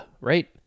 right